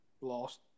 Lost